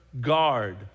guard